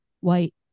white